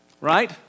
Right